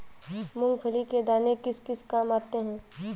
मूंगफली के दाने किस किस काम आते हैं?